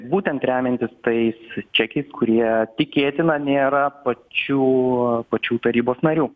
būtent remiantis tais čekiais kurie tikėtina nėra pačių pačių tarybos narių